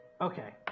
Okay